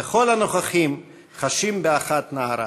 וכל הנוכחים חשים באחת נהרה